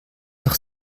doch